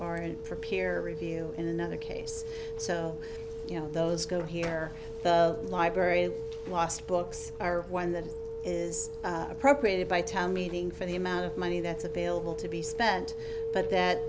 for peer review in another case so you know those go here the library last books are one that is appropriated by town meeting for the amount of money that's available to be spent but that